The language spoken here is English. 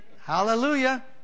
Hallelujah